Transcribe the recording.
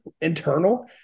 internal